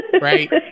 right